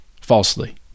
Falsely